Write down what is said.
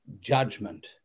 judgment